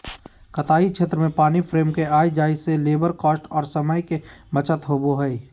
कताई क्षेत्र में पानी फ्रेम के आय जाय से लेबर कॉस्ट आर समय के बचत होबय हय